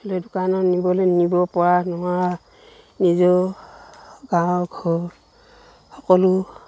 লৈ দোকানত নিবলৈ নিব পৰা নোৱাৰা নিজৰ গাঁৱৰ ঘৰৰ সকলো